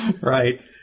Right